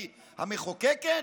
קרי המחוקקת,